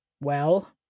Well